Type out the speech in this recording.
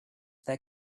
their